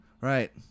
right